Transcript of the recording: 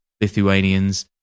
Lithuanians